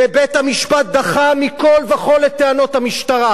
ובית-המשפט דחה מכול וכול את טענות המשטרה,